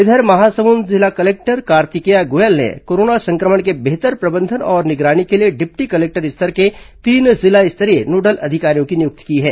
इधर महासमुंद कलेक्टर कार्तिकेया गोयल ने कोरोना संक्रमण के बेहतर प्रबंधन और निगरानी के लिए डिप्टी कलेक्टर स्तर के तीन जिला स्तरीय नोडल अधिकारियों की नियुक्ति की है